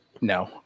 no